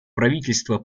правительства